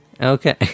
Okay